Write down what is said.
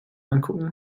angucken